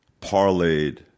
parlayed